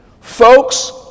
folks